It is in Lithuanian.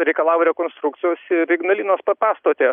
reikalavo rekonstrukcijos ir ignalinos pastotė